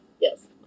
yes